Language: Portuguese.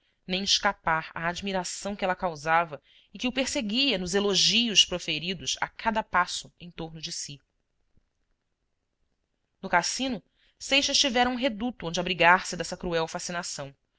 nem escapar à admiração que ela causava e que o perseguia nos elogios proferidos a cada passo em torno de si no cassino seixas tivera um reduto onde abrigar-se dessa cruel fascinação